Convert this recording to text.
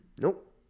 Nope